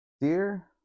dear